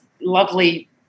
lovely